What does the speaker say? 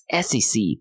SEC